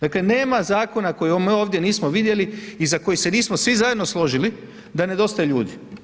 Dakle, nema zakona kojeg ovdje nismo vidjeli i za koji se nismo svi zajedno složili da nedostaju ljudi.